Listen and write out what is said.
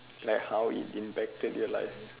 like how it impacted your life